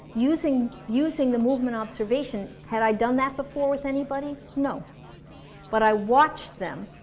using using the movement observation, had i done that before with anybody? no but i watched them,